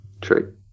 true